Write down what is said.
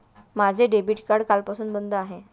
माझे debit card कालपासून बंद आहे